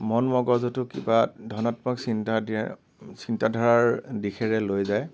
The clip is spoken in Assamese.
মন মগজুত কিবা ধনাত্মক চিন্তা দিয়ে চিন্তাধাৰাৰ দিশেৰে লৈ যায়